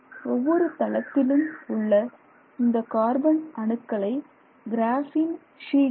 ஒவ்வொரு தளத்திலும் உள்ள இந்த கார்பன் அணுக்களை கிராபின் ஷீட் graphene sheet